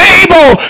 able